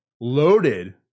loaded